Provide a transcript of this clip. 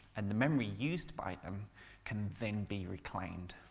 and the memory used by them can then be reclaimed.